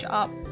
up